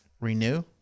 renew